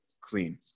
clean